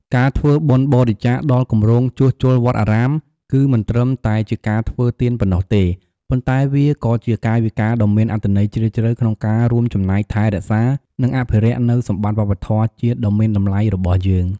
ការធ្វើបុណ្យបរិច្ចាគដល់គម្រោងជួសជុលវត្តអារាម គឺមិនត្រឹមតែជាការធ្វើទានប៉ុណ្ណោះទេ ប៉ុន្តែវាក៏ជាកាយវិការដ៏មានអត្ថន័យជ្រាលជ្រៅក្នុងការរួមចំណែកថែរក្សា និងអភិរក្សនូវសម្បត្តិវប្បធម៌ជាតិដ៏មានតម្លៃរបស់យើង។